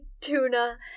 Tuna